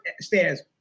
stairs